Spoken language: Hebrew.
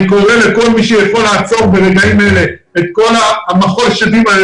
אני קורא לכל מי שיכול לעצור ברגעים אלה את כל מחול השדים הזה